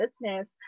business